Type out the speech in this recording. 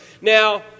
Now